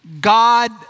God